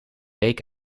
week